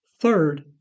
Third